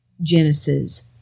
Genesis